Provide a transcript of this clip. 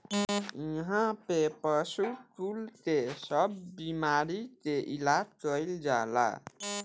इहा पे पशु कुल के सब बेमारी के इलाज कईल जाला